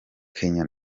kenya